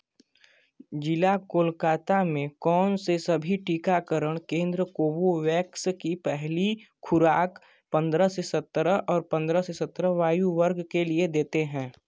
जिला कोलकाता में कौन से सभी टीकाकरण केंद्र कोवोवैक्स की पहली खुराक पंद्रह से सत्रह पंद्रह से सत्रह आयु वर्ग के लिए देते हैं